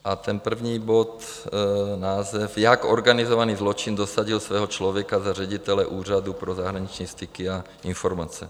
A ten první bod název: Jak organizovaný zločin dosadil svého člověka za ředitele Úřadu pro zahraniční styky a informace.